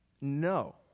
No